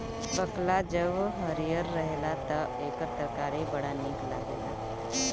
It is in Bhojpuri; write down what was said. बकला जब हरिहर रहेला तअ एकर तरकारी बड़ा निक लागेला